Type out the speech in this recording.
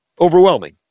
overwhelming